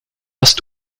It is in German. ist